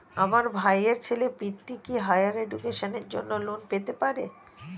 আমার ভাইয়ের ছেলে পৃথ্বী, কি হাইয়ার এডুকেশনের জন্য লোন পেতে পারে?